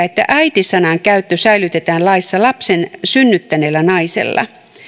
että äiti sanan käyttö säilytetään laissa lapsen synnyttäneellä naisella